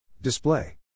Display